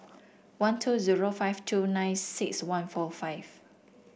one two zero five two nine six one four five